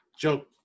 Joe